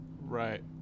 Right